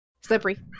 Slippery